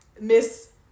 Miss